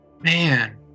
Man